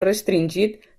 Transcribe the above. restringit